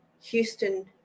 Houston